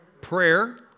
Prayer